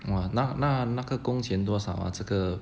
!wah! 那那那个工钱多少啊这个